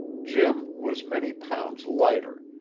jim was many pounds lighter,